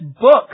book